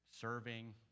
serving